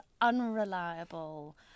unreliable